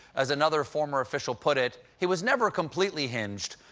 as another former official put it, he was never completely hinged.